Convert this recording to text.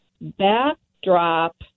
backdrop